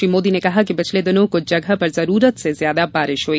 श्री मोदी ने कहा कि पिछले दिनों कुछ जगह पर जरूरत से ज्यादा बारिश हुई